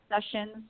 sessions